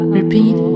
repeat